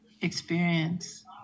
experience